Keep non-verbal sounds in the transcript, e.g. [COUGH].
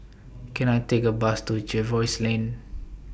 [NOISE] Can I Take A Bus to Jervois Lane